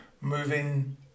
moving